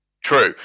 true